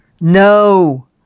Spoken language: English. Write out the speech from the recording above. no